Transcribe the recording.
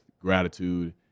gratitude